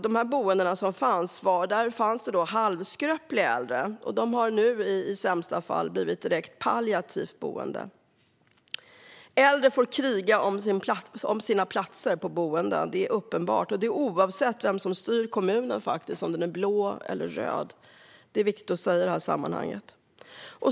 De boenden där det tidigare fanns halvskröpliga äldre har nu i sämsta fall blivit direkt palliativa boenden. Äldre får kriga om sina platser på boenden; det är uppenbart. Det gäller oavsett vem som styr kommunen och om den är blå eller röd. Det är viktigt att säga i detta sammanhang.